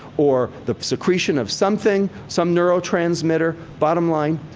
or the secretion of something, some neurotransmitter. bottom line,